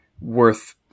worth